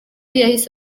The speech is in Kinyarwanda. yahise